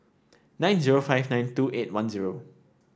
nine zero five nine two eight one zero